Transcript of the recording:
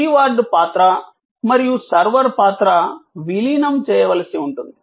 steward పాత్ర మరియు server పాత్ర విలీనం చేయవలసి ఉంటుంది